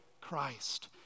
Christ